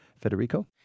Federico